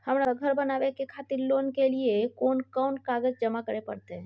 हमरा धर बनावे खातिर लोन के लिए कोन कौन कागज जमा करे परतै?